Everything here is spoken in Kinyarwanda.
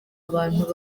abantu